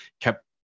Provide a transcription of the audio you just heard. kept